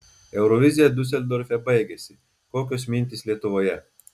eurovizija diuseldorfe baigėsi kokios mintys lietuvoje